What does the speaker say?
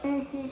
mm mm